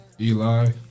Eli